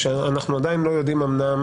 אנחנו לא יודעים אומנם